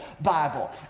Bible